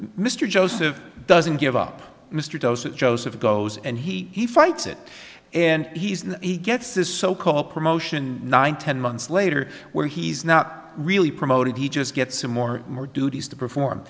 mr joseph doesn't give up mr joseph goes and he fights it and he's a gets this so called promotion nine ten months later where he's not really promoted he just gets some more more duties to perform